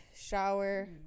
shower